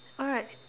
alright